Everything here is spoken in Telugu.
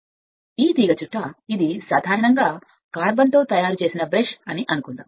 మరియు ఈ తీగచుట్ట ఇది సాధారణంగా కార్బన్తో తయారు చేసిన బ్రష్ అని అనుకుందాం